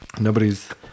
Nobody's